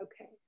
Okay